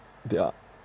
they are